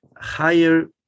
higher